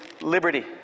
liberty